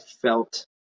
felt